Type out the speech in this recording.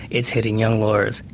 it's hitting young lawyers,